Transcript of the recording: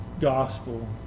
gospel